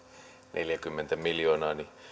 neljäkymmentä miljoonaa niin